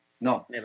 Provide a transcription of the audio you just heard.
No